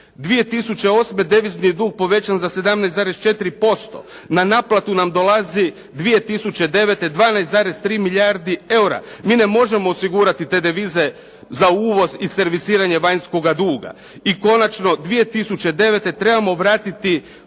2008. devizni dug je povećan za 17,4%. Na naplatu nam dolazi 2009. 12,3 milijardi eura. Mi ne možemo osigurati te devize za uvoz i servisiranje vanjskoga duga. I konačno 2009. trebamo vratiti